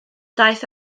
daeth